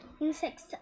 insects